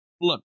look